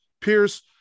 Pierce